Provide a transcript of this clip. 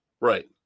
Right